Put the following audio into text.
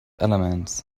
elements